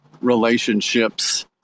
relationships